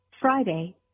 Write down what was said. Friday